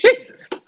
Jesus